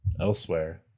elsewhere